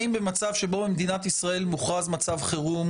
צריך להבין שגם בזמן המקוצר שהיה לציבור להגיב היו כשלים טכניים באתר.